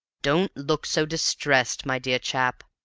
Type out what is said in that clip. don't look so distressed, my dear chap.